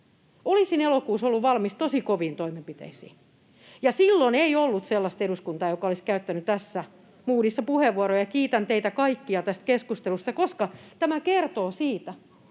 Olisin elokuussa ollut valmis tosi koviin toimenpiteisiin, [Ben Zyskowicz: Kyllä!] ja silloin ei ollut sellaista eduskuntaa, joka olisi käyttänyt tässä moodissa puheenvuoroja. Kiitän teitä kaikkia tästä keskustelusta, koska tämä kertoo siitä,